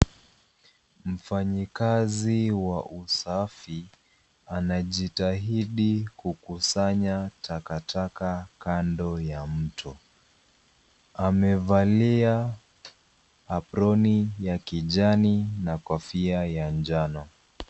Mfanyakazi wa usafi anajitahidi kukusanya takataka kando ya mto. Amevalia aproni ya kijani na kofia ya njano.